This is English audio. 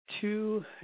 Two